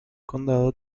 condado